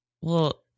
Well-